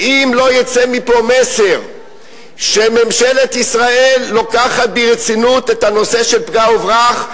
ואם לא יצא מפה מסר שממשלת ישראל לוקחת ברצינות את הנושא של פגע וברח,